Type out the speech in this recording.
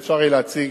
ואפשר יהיה להציג.